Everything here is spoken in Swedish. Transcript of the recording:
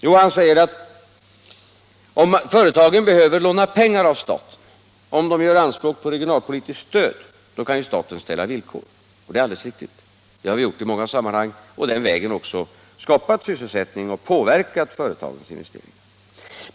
Jo, han säger att om företagen behöver låna pengar av staten och gör anspråk på regionalpolitiskt stöd kan staten ställa villkor, och det är alldeles riktigt. Det har vi gjort i många sammanhang och har också på det sättet skapat sysselsättning och påverkat företagens investeringar.